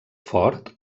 fort